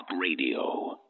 Radio